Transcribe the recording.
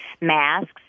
masks